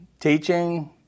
teaching